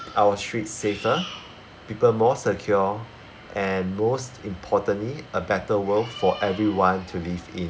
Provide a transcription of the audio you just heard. our streets safer people more secure and most importantly a better world for everyone to live in